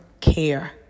care